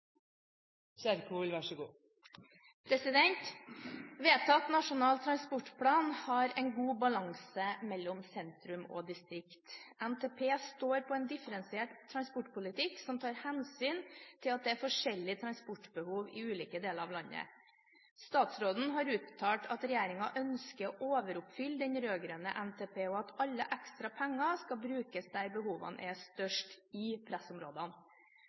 at det er forskjellige transportbehov i ulike deler av landet. Statsråden har uttalt at regjeringen ønsker å overoppfylle den rød-grønne NTP og at alle ekstra penger skal brukes der behovene er størst, i pressområdene.